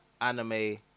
anime